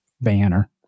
banner